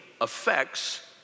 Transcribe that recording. affects